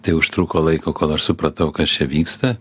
tai užtruko laiko kol aš supratau kas čia vyksta